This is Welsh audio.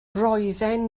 roedden